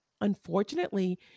Unfortunately